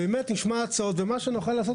נשמע הצעות ונעשה את מה שנוכל.